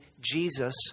Jesus